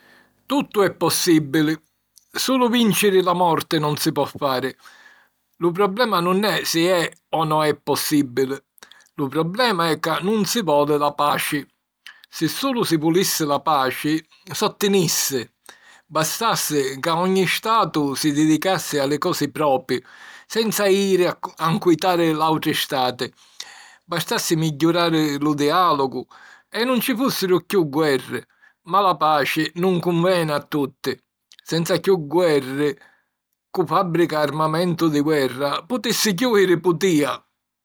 Tuttu è pòssibili. Sulu vìnciri la morti non si po fari. Lu problema nun è si è o no è possìbili. Lu problema è ca nun si voli la paci. Si sulu si vulissi la paci, s'ottinissi. Bastassi ca ogni Statu si didicassi a li cosi propi, senza jiri a ncuitari l'àutri Stati. Bastassi migghiurari lu diàlogu e nun ci fùssiru chiù guerri. Ma la paci nun cunveni a tutti. Senza chiù guerri, cu' fàbbrica armamentu di guerra putissi chiùjiri putìa.